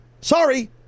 sorry